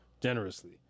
generously